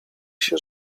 się